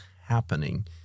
happening